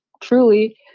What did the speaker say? truly